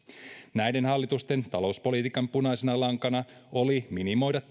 näiden hallitusten talouspolitiikan punaisena lankana oli minimoida